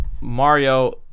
Mario